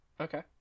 Okay